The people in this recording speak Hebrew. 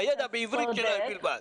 בידע בעברית שלהם בלבד?